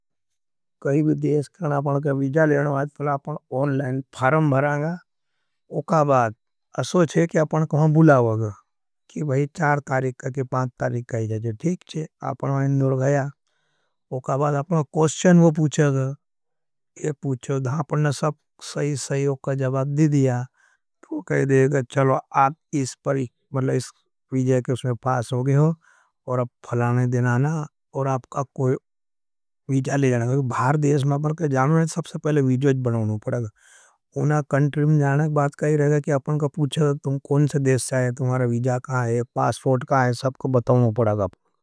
कई विदेश के लिए आपने विजा लेना आज फला आपने ओन्लेंड फारम भराँगा। उका बाद असोच है कि आपने कहां बुलावाग, कि बही चार तारीक के पांथ तारीक आई जाज़े, ठीक है। आपने आएंड नुर गया, उका बाद आपने कोस्चेन पूछे आपने सब सही सईयोग का जबाद दिदिया। तो कहे देगा चलो आप इस विजा के उसमें पास होगे हो और फलाने दिन आना और आपका कोई विजा ले जाना करें। भार देश मैं पर क्या जाना रहा है, सबसे पहले विजोज बनानू पड़ागा, उन्हां कंट्र में जाना एक बात का ही रहा है। कि अपने को पूछा, तुम कौन से देश से है, तुम्हारे विजा कहा है, पासफोर्ट कहा है, सबको बताओने पड़ागा।